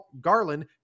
Garland